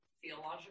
theological